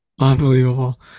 Unbelievable